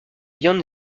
yan